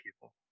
people